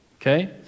okay